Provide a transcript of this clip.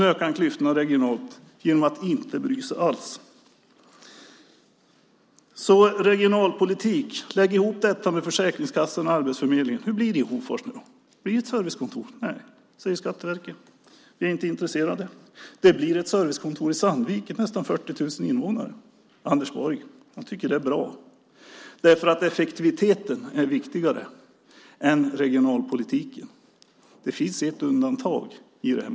Nu ökar han klyftorna regionalt genom att inte bry sig alls. När det gäller regionalpolitik, lägg ihop detta med Försäkringskassan och arbetsförmedlingen! Hur blir det nu i Hofors? Blir det ett servicekontor? Nej, säger Skatteverket. Vi är inte intresserade. Det blir ett servicekontor i Sandviken med nästan 40 000 invånare. Anders Borg tycker att det är bra, för effektiviteten är viktigare än regionalpolitiken. Det finns ett undantag i det här.